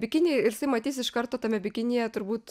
bikinį ir jisai matys iš karto tame bikinyje turbūt